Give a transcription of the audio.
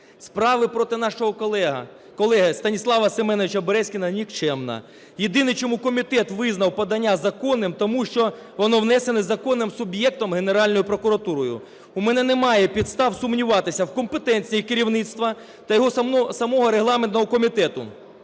Справа проти нашого колеги Станіслава Семеновича Березкіна нікчемна. Єдине, чому комітет визнав подання законним, тому що воно внесене законним суб'єктом – Генеральною прокуратурою. У мене немає підстав сумніватися в компетенції керівництва та самого регламентного комітету.